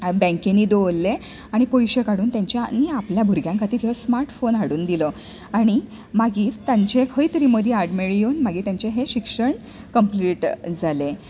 बँकीनी दवरले आनी पयशे काडून तेंच्यानी आपले भुरग्यां खातीर हो स्मार्ट फोन हाडून दिलो आनी मागीर तांचें खंय तरी मदीं आडमेळी येवन मागीर तेंचें हें शिक्षण कंप्लिट जालें